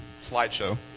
slideshow